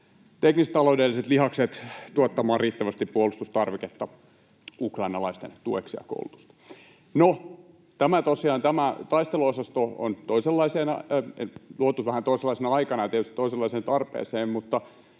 teknis-taloudelliset lihakset tuottamaan riittävästi puolustustarviketta ukrainalaisten tueksi ja koulutusta. No, tosiaan tämä taisteluosasto on luotu vähän toisenlaisena aikana ja tietysti toisenlaiseen tarpeeseen,